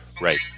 Right